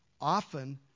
often